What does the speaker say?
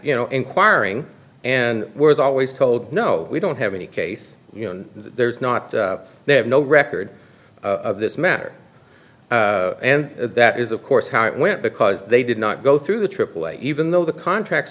you know inquiring and we're always told no we don't have any case you know there's not they have no record of this matter and that is of course how it went because they did not go through the aaa even though the contract